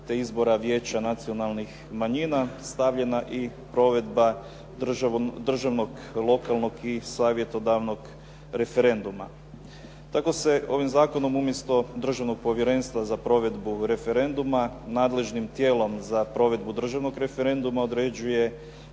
te izbora vijeća nacionalnih manjina stavljena i provedba državnog, lokalnog i savjetodavnog referenduma. Tako se ovim zakonom umjesto Državnog povjerenstva za provedbu referenduma nadležnim tijelom za provedbu državnog referenduma određuje